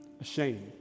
ashamed